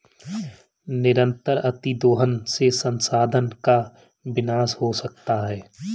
निरंतर अतिदोहन से संसाधन का विनाश हो सकता है